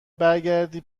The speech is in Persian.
برگردی